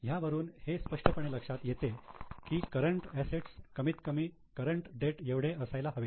ह्यावरून हे स्पष्टपणे लक्षात येते की करंट असेट्स कमीत कमी करंट डेट एवढे असायला हवे